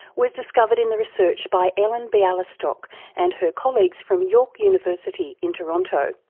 was discovered in the research by ellen bialystok and her colleagues from york university in toronto.